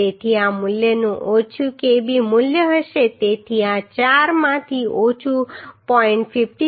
તેથી આ મૂલ્યનું ઓછું kb મૂલ્ય હશે તેથી આ ચારમાંથી ઓછું 0